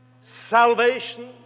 Salvation